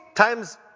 times